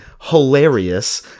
hilarious